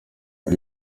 you